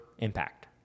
Impact